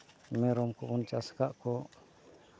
ᱢᱮᱨᱚᱢ ᱠᱚᱵᱚᱱ ᱪᱟᱥ ᱟᱠᱟᱫ ᱠᱚ